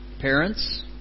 parents